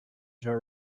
joe